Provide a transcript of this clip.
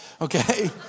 Okay